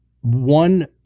one